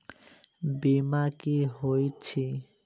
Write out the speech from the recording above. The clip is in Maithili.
बीमा की होइत छी?